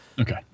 Okay